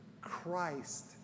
Christ